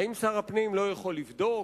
האם שר הפנים לא יכול לבדוק?